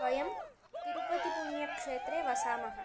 वयं तिरुपतिपुण्यक्षेत्रे वसामः